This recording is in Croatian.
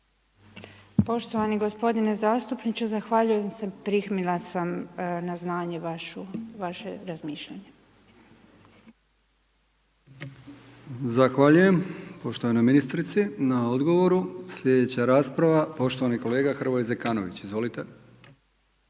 Poštovani gospodine zastupniče, zahvaljujem se primila sam na znanje vaše razmišljanje. **Brkić, Milijan (HDZ)** Zahvaljujem poštovanoj ministrici na odgovoru. Sljedeća rasprava, poštovani kolega Hrvoje Zekanović, izvolite.